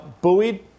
buoyed